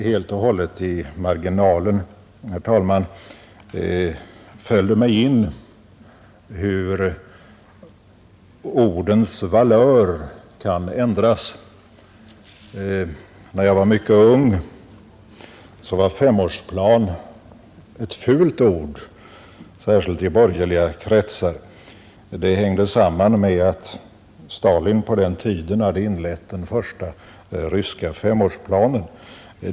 Helt och hållet i marginalen, herr talman, föll det mig in hur ordens valör kan ändras. När jag var mycket ung var femårsplan ett fult ord, särskilt i borgerliga kretsar. Det hängde samman med att Stalin på den tiden hade inlett den första ryska femårsplanen.